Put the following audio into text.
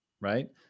Right